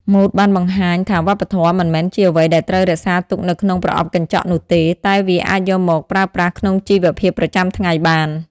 ម៉ូដបានបង្ហាញថាវប្បធម៌មិនមែនជាអ្វីដែលត្រូវរក្សាទុកនៅក្នុងប្រអប់កញ្ចក់នោះទេ តែវាអាចយកមកប្រើប្រាស់ក្នុងជីវភាពប្រចាំថ្ងៃបាន។